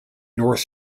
north